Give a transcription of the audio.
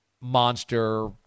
monster